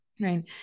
right